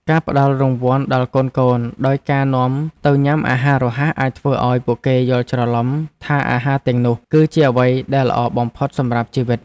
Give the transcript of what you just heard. ការផ្តល់រង្វាន់ដល់កូនៗដោយការនាំទៅញ៉ាំអាហាររហ័សអាចធ្វើឲ្យពួកគេយល់ច្រឡំថាអាហារទាំងនោះគឺជាអ្វីដែលល្អបំផុតសម្រាប់ជីវិត។